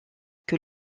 que